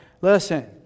Listen